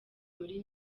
muri